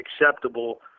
acceptable